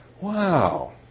Wow